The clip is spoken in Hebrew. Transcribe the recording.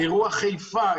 אירוע חיפה,